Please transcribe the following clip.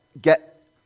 get